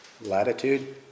latitude